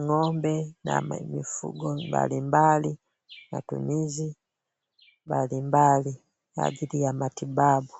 ngombe na mifugo mbalimbali matumizi mbalimbali kwa ajili ya matibabu.